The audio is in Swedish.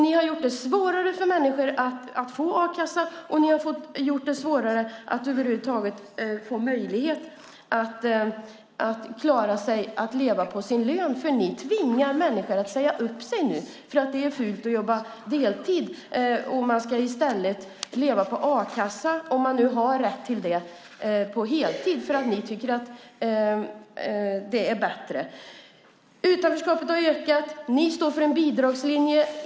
Ni har gjort det svårare för människor att få a-kassa, och ni har gjort det svårare för människor att över huvud taget få möjlighet att leva på sin lön, för ni tvingar människor att säga upp sig nu. Det har blivit fult att jobba deltid. Man ska i stället leva på a-kassa, om man nu har rätt till det, på heltid. Det tycker ni är bättre. Utanförskapet har ökat. Ni står för en bidragslinje.